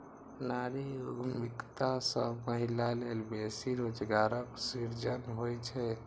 नारी उद्यमिता सं महिला लेल बेसी रोजगारक सृजन होइ छै